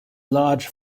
large